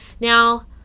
Now